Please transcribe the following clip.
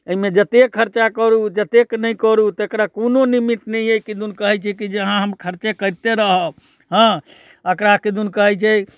एहिमे जतेक खर्चा करू जतेक नहि करू तेकरा कोनो निमित नहि अइ किदुन कहैत छै की जे अहाँ खर्चें करते रहब हँ एकरा किदुन कहैत छै